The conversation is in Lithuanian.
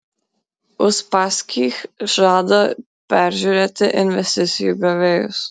uspaskich žada peržiūrėti investicijų gavėjus